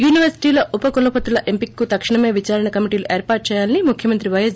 యూనివర్సిటీల ఉపకులపతుల ఎంపికకు తక్షణమే విదారణ కమిటీలు ఏర్పాటు చేయాలని ముఖ్యమంత్రి వైఎస్